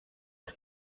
als